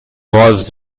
was